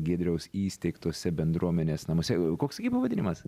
giedriaus įsteigtuose bendruomenės namuose o koks gi pavadinimas